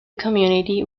community